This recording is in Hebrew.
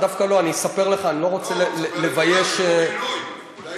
אני אספר לך אחר כך, אני לא רוצה, פעם ראשונה שאתם